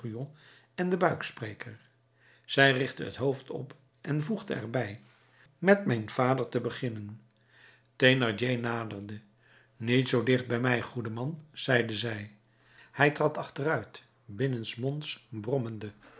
en den buikspreker zij richtte het hoofd op en voegde er bij met mijn vader te beginnen thénardier naderde niet zoo dicht bij mij goede man zeide zij hij trad achteruit binnensmonds brommende